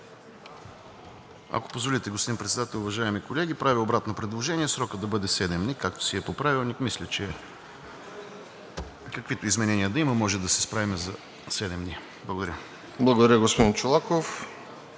Ако позволите, господин Председател, уважаеми колеги! Правя обратно предложение срокът да бъде седем дни, както си е по Правилник. Мисля, че каквито и изменения да има, може да се справим за седем дни. Благодаря.